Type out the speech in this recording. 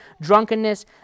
drunkenness